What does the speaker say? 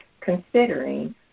considering